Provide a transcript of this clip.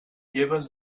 lleves